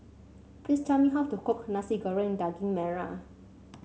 please tell me how to cook Nasi Goreng Daging Merah